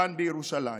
כאן בירושלים.